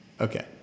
Okay